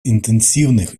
интенсивных